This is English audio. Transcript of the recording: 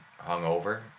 hungover